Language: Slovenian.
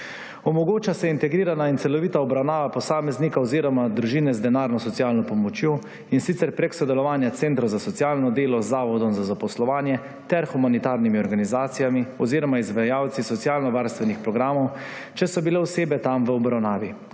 Omogoča se integrirana in celovita obravnava posameznika oziroma družine z denarno socialno pomočjo, in sicer prek sodelovanja centra za socialno delo z zavodom za zaposlovanje ter s humanitarnimi organizacijami oziroma izvajalci socialnovarstvenih programov, če so bile osebe tam v obravnavi.